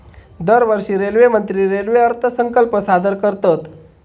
दरवर्षी रेल्वेमंत्री रेल्वे अर्थसंकल्प सादर करतत